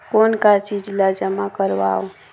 कौन का चीज ला जमा करवाओ?